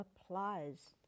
applies